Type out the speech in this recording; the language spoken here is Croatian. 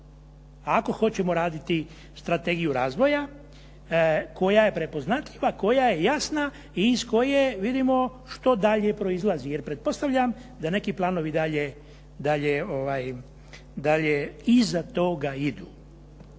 Ako hoćemo raditi strategiju razvoja koja je prepoznatljiva, koja je jasna i iz koje vidimo što dalje proizlazi jer pretpostavljam da neki planovi dalje iza toga idu.